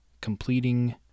completing